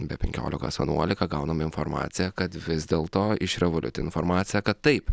be penkiolikos vienuolika gaunam informaciją kad vis dėlto iš revoliut informacija kad taip